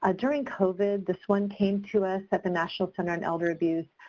ah during covid this one came to us at the national center on elder abuse.